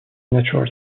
natural